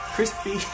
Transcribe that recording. Crispy